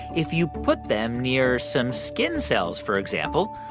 if you put them near some skin cells, for example,